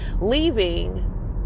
leaving